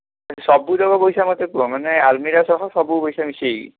ସବୁଯାକ ପଇସା ମୋତେ କୁହ ମାନେ ଆଲମିରା ସହ ସବୁ ପଇସା ମିଶାଇକି